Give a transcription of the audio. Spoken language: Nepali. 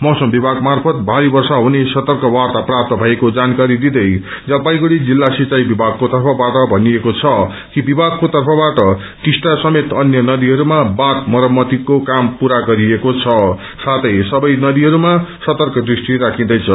मैसम विभान मार्फत भारी वर्षा हुने सतर्क वार्ता प्रात्त भएको जानकारी दिँदै जलपाइंगढी जिल्ला सिंचाई विभागको तर्फबाट भनिएको छ कि विभागको तर्फबाट टिस्टा समेत अन्य नेदीहरूमा बाँच मरम्मतिको क्रम पूरा गरिएको छ साथै सबै नदीहरूमा सतर्क दृष्टि राखिन्दैछ